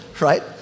right